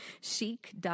Chic